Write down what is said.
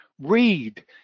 read